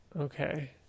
Okay